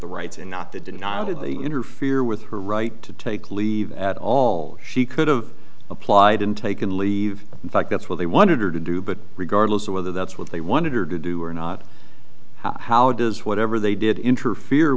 the rights and not the denial did they interfere with her right to take leave at all she could have applied and taken leave in fact that's what they wanted her to do but regardless of whether that's what they wanted her to do or not how does whatever they did interfere